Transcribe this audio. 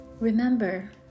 Remember